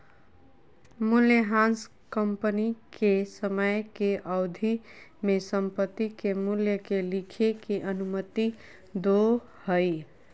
मूल्यह्रास कंपनी के समय के अवधि में संपत्ति के मूल्य के लिखे के अनुमति दो हइ